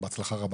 בהצלחה רבה.